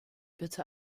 bitte